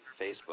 facebook